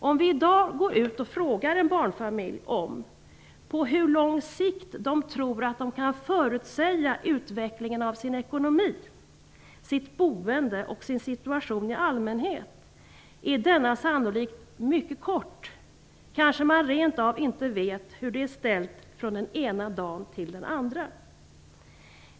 Om vi i dag går ut och frågar en barnfamilj på hur lång sikt de tror att de kan förutsäga utvecklingen av sin ekonomi, sitt boende och sin situation i allmänhet får man sannolikt höra att den är mycket kort. Man kanske rent av inte vet hur det är ställt från den ena dagen till den andra.